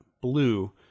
blue